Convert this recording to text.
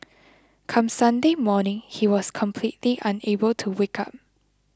come Sunday morning he was completely unable to wake up